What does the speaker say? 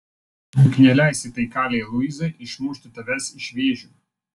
juk neleisi tai kalei luizai išmušti tavęs iš vėžių